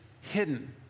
hidden